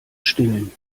stillen